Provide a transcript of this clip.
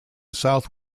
south